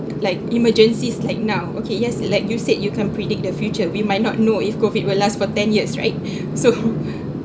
like emergencies like now okay yes like you said you can't predict the future we might not know if COVID will last for ten years right so